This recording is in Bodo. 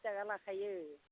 साथि थाखा लाखायो